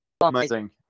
amazing